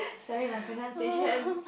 sorry my pronunciation